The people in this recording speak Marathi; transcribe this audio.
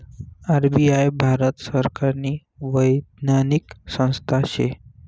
आर.बी.आय भारत सरकारनी वैधानिक संस्था शे